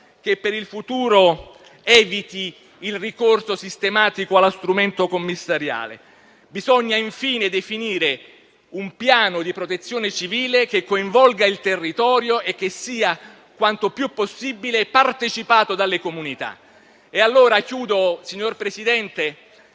che per il futuro eviti il ricorso sistematico allo strumento commissariale. Bisogna, infine, definire un piano di protezione civile che coinvolga il territorio e sia quanto più possibile partecipato dalle comunità. Concludo, signor Presidente,